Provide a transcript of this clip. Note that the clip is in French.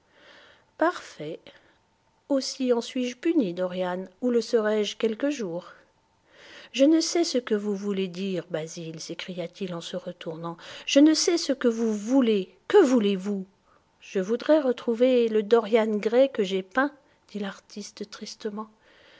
parfait aussi en suis-je puni dorian ou le serai-je quelque jour je ne sais ce que vous voulez dire basil s'écria-t-il en se retournant je ne sais ce que vous voulez que voulez-vous je voudrais retrouver le dorian gray que j'ai peint dit l'artiste tristement